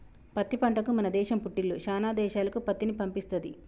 పత్తి పంటకు మన దేశం పుట్టిల్లు శానా దేశాలకు పత్తిని పంపిస్తది